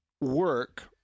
work